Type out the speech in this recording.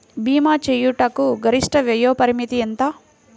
భీమా చేయుటకు గరిష్ట వయోపరిమితి ఎంత?